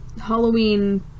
Halloween